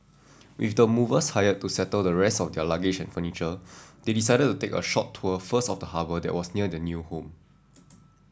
with the movers hired to settle the rest of their luggage and furniture they decided to take a short tour first of the harbour that was near their new home